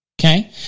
Okay